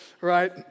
right